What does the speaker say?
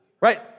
right